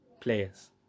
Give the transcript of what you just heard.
players